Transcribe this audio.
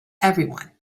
everyone